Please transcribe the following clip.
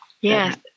Yes